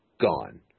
gone